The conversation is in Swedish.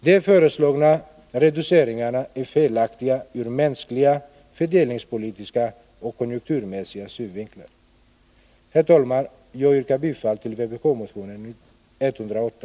De föreslagna reduceringarna är felaktiga ur mänskliga, fördelningspolitiska och konjunkturmässiga synvinklar. Herr talman! Jag yrkar bifall till vpk-motionen 108.